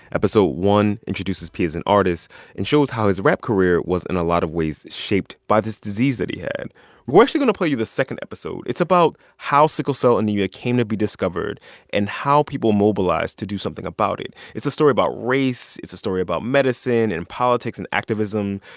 episode one introduces p as an artist and shows how his rap career was, in a lot of ways, shaped by this disease that he had we're actually going to play you the second episode. it's about how sickle cell anemia came to be discovered and how people mobilized to do something about it. it's a story about race. it's a story about medicine and politics and activism.